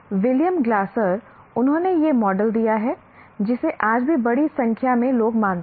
William Glasser उन्होंने यह model दिया है जिसे आज भी बड़ी संख्या में लोग मानते हैं